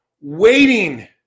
waiting